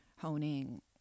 honing